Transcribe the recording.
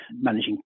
managing